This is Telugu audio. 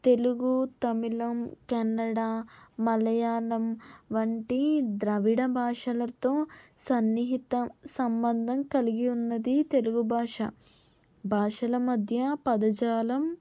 తెలుగు తమిళం కన్నడ మలయాళం వంటి ద్రవిడ భాషలతో సన్నిహితం సంబంధం కలిగి ఉన్నది తెలుగు భాష భాషల మధ్య పదజాలం